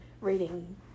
reading